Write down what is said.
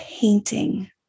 painting